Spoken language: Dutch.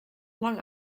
lang